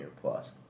plus